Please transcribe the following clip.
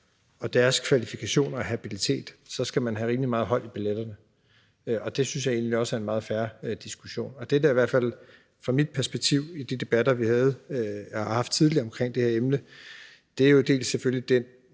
og deres kvalifikationer og habilitet, så skal man have rimelig meget hold i billetterne, og det synes jeg egentlig også er en meget fair diskussion. Det, der i hvert fald var mit perspektiv i de debatter, vi har haft tidligere om det her emne, er jo selvfølgelig det